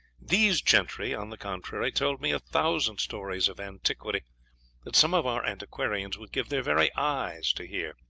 these gentry, on the contrary, told me a thousand stories of antiquity that some of our antiquarians would give their very eyes to hear.